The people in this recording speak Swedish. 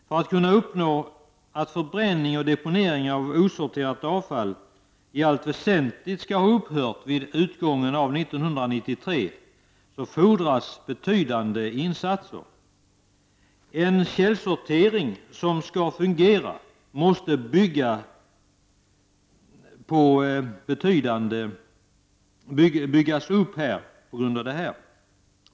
För att uppnå att förbränning och deponering av osorterat avfall i allt väsentligt skall ha upphört vid utgången av 1993 fordras betydande insatser. En fungerande källsortering måste byggas upp.